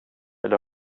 vill